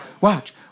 Watch